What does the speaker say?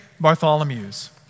Bartholomew's